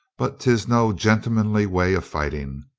but tis no gentlemanly way of fighting.